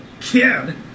Kid